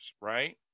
right